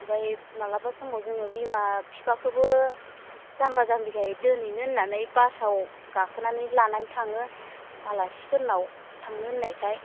ओमफ्राय माब्लाबा समाव जोङो बिमा बिफाखौबो जाम्बा जाम्बिखाय दोनहैनो होननानै बासाव गाखोनानै लानानै थाङो आलासिफोरनाव थांनो होननायखाय